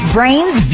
Brains